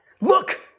Look